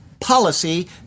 policy